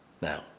Now